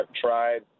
tried